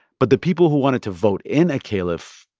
but the people who wanted to vote in a caliph,